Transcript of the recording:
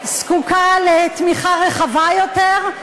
שזקוקה לתמיכה רחבה יותר,